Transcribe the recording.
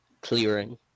clearing